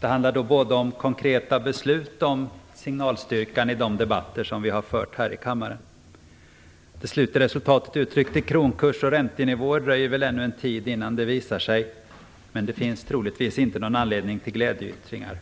Det handlar då både om konkreta beslut och om signalstyrkan i de debatter som förts. Det slutliga resultatet uttryckt i kronkurs och räntenivåer har väl ännu inte visat sig, men det finns troligtvis inte någon anledning till glädjeyttringar.